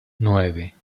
nueve